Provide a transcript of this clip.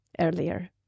earlier